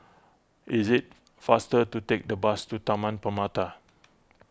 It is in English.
it is faster to take the bus to Taman Permata